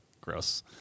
Gross